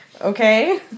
Okay